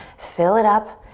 fill it up.